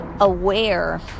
aware